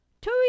two